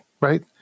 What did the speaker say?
right